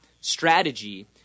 strategy